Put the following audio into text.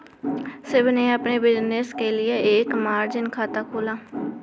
शिव ने अपने बिज़नेस के लिए एक मार्जिन खाता खोला